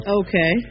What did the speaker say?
okay